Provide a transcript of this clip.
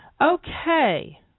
Okay